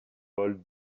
paul